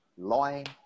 lying